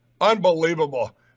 Unbelievable